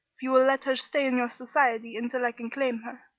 if you will let her stay in your society until i can claim her.